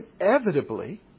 inevitably